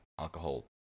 alcohol